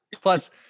Plus